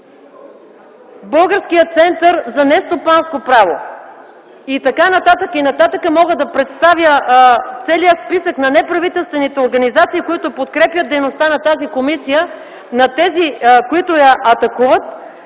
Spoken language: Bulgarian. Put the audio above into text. Българския център за нестопанско право и т.н. Мога да представя целия списък на неправителствените организации, които подкрепят дейността на тази комисия, на тези, които я атакуват,